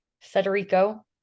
Federico